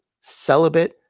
celibate